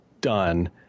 done